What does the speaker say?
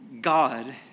God